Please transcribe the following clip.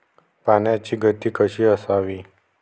पाण्याची गती कशी असावी?